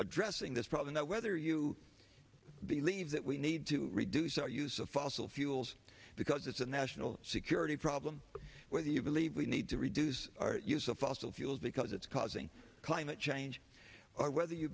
addressing this problem whether you believe that we need to reduce our use of fossil fuels because it's a national security problem whether you believe we need to reduce our use of fossil fuels because it's causing climate change or whether you